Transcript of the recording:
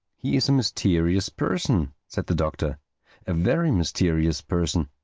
he is a mysterious person, said the doctor a very mysterious person.